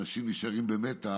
אנשים נשארים במתח.